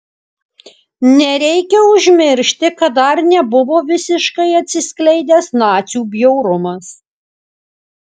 nereikia užmiršti kad dar nebuvo visiškai atsiskleidęs nacių bjaurumas